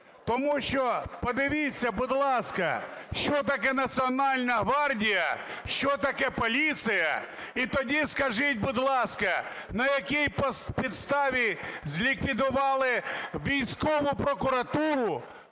тому що, подивіться, будь ласка, що таке Національна гвардія, що таке поліція, і тоді скажіть, будь ласка, на якій підставі зліквідували військову прокуратуру,